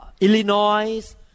Illinois